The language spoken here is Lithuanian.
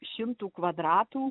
šimtų kvadratų